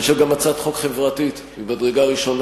אני חושב שזו גם הצעת חוק חברתית ממדרגה ראשונה,